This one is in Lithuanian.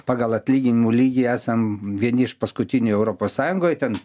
pagal atlyginimų lygį esam vieni iš paskutinių europos sąjungoj ten